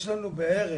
יש לנו בערך,